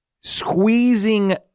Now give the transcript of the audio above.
squeezing